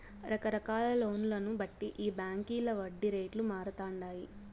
రకరకాల లోన్లను బట్టి ఈ బాంకీల వడ్డీ రేట్లు మారతండాయి